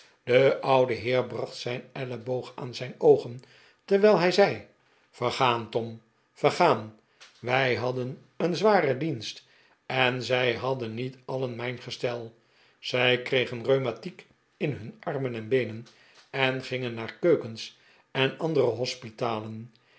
de oude heer bracht zijn elleboog aan zijn oogen terwijl hij zei vergaan tom vergaan wij hadden een zwaren dienst en zij hadden niet alien mijn gestel zij kregen rheumatiek in hun armen en beenen en gingen naar keukens en andere